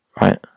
right